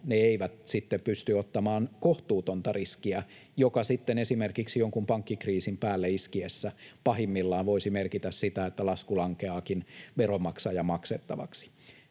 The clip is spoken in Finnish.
eivät pysty ottamaan kohtuutonta riskiä, joka esimerkiksi jonkun pankkikriisin päälle iskiessä pahimmillaan voisi merkitä sitä, että lasku lankeaakin veronmaksajan maksettavaksi.